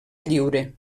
lliure